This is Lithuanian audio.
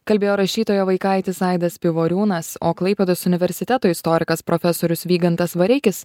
kalbėjo rašytojo vaikaitis aidas pivoriūnas o klaipėdos universiteto istorikas profesorius vygantas vareikis